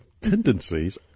tendencies